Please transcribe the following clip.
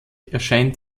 erscheint